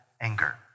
anger